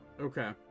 Okay